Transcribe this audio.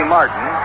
Martin